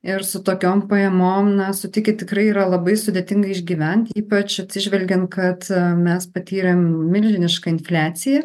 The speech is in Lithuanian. ir su tokiom pajamom na sutikit tikrai yra labai sudėtinga išgyvent ypač atsižvelgiant kad mes patyrėm milžinišką infliaciją